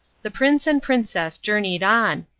the prince and princess journeyed on,